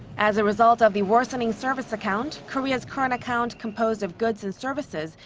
as a result of the worsening service account, korea's current account, composed of goods and services,